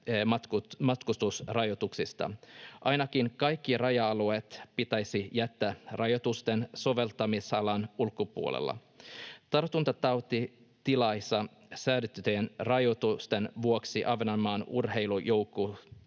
matkustusrajoituksista. Ainakin kaikki raja-alueet pitäisi jättää rajoitusten soveltumisalan ulkopuolelle. Tartuntatautilaissa säädettyjen rajoitusten vuoksi Ahvenanmaan urheilujoukkueet